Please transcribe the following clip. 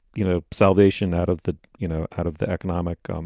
you know, salvation out of the, you know, out of the economic um